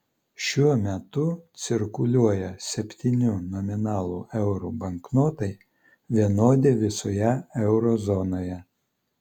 šiuo metu cirkuliuoja septynių nominalų eurų banknotai vienodi visoje euro zonoje